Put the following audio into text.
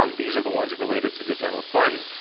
um these are the ones related to the general fund.